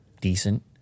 decent